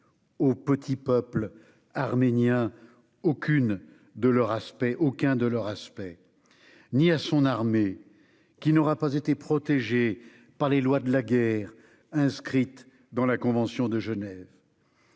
au petit peuple arménien ni à son armée, qui n'a du reste pas été protégée par les lois de la guerre inscrites dans la convention de Genève.